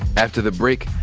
after the break,